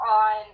on